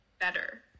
Better